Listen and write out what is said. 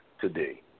today